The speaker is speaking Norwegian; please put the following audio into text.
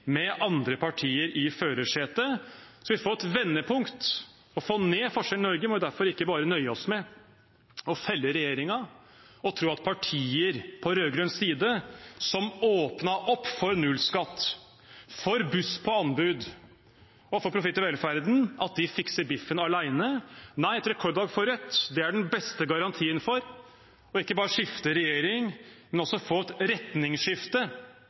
med andre partier i førersetet, så for å få et vendepunkt og få ned forskjellene i Norge må vi derfor ikke bare nøye oss med å felle regjeringen og tro at partier på rød-grønn side, som åpnet opp for nullskatt, for buss på anbud og for profitt i velferden, fikser biffen alene. Nei, et rekordvalg for Rødt er den beste garantien for ikke bare å skifte regjering, men også få et retningsskifte